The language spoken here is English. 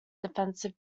defensive